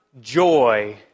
joy